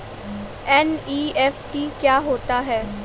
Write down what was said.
NEFT क्या होता है?